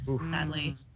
sadly